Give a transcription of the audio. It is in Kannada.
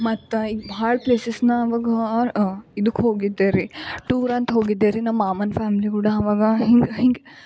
ಮತ್ತು ಭಾಳ ಪ್ಲೇಸಸ್ ನಾ ಆವಾಗ ಇದಕ್ಕೆ ಹೋಗಿದ್ದೆ ರಿ ಟೂರ್ ಅಂತ ಹೋಗಿದ್ದೆ ರಿ ನಮ್ಮ ಮಾಮನ ಫ್ಯಾಮಿಲಿ ಕೂಡ ಆವಾಗ ಹಿಂಗ ಹಿಂಗ